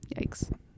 Yikes